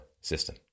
system